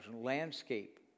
Landscape